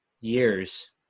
years